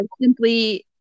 simply